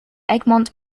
egmont